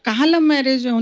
and marriage? and